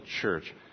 church